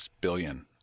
billion